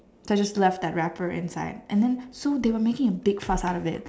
so I just left that wrapper inside and then so they were making a big fuss out of it